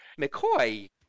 McCoy